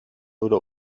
oder